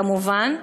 כמובן,